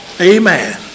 Amen